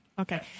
Okay